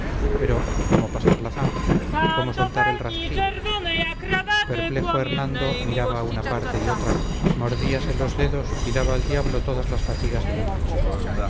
pero cómo pasar la zanja cómo soltar el rastrillo perplejo hernando miraba a una parte y otra moldase los dedos y daba al diablo todas las fatigas de la noche